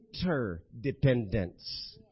interdependence